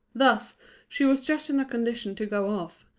thus she was just in a condition to go off,